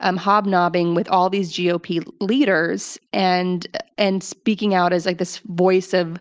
um hobnobbing with all these gop leaders, and and speaking out as like this voice of